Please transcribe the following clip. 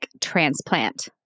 transplant